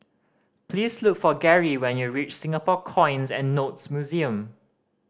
please look for Garry when you reach Singapore Coins and Notes Museum